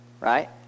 right